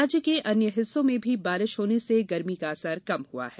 राज्य के अन्य हिस्सों में भी बारिश होने से गर्मी का असर कम हुआ है